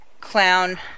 clown